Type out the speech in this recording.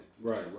Right